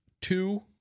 Two